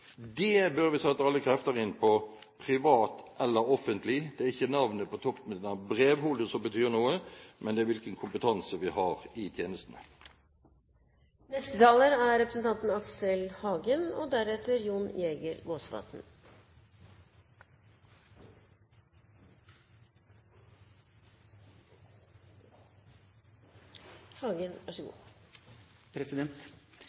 det. Det bør vi sette alle krefter inn på – privat eller offentlig. Det er ikke navnet på toppen av brevhodet som betyr noe, men det er hvilken kompetanse vi har i tjenestene.